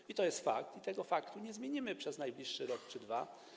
I to jest fakt, i tego faktu nie zmienimy przez najbliższy rok czy dwa.